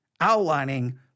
outlining